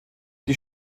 die